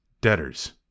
debtors